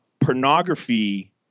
pornography